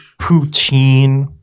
poutine